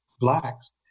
blacks